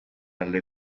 alle